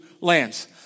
lands